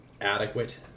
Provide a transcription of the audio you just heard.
adequate